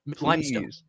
limestone